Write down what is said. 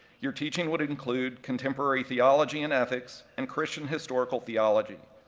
your teaching would include contemporary theology and ethics and christian historical theology.